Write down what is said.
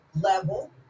level